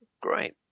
Great